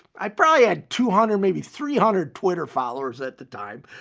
i probably had two hundred, maybe three hundred twitter followers at the time.